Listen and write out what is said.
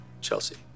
Chelsea